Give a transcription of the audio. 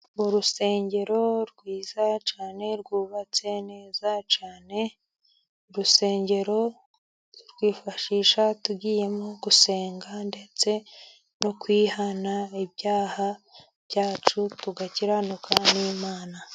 Urusengero rwiza cyane rwubatse neza cyane, urusengero twifashisha tugiyemo gusenga ndetse no kwihana ibyaha byacu, tugakiranuka n'imana.